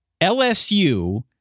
LSU